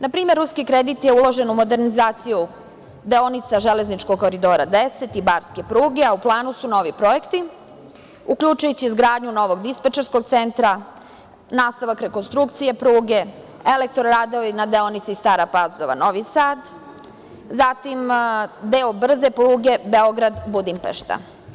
Na primer ruski kredit je uložen u modernizaciju deonice železničkog Koridora 10 i barske pruge, a u planu su novi projekti uključujući izgradnju novog dispečerskog centra, nastavak rekonstrukcije pruge, elektro radovi na deonici Stara Pazova-Novi Sad, zatim, deo brze pruge Beograd-Budimpešta.